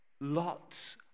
Lots